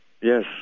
Yes